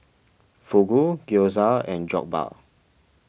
Fugu Gyoza and Jokbal